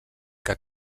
que